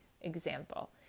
example